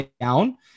down